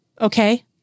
okay